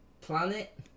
Planet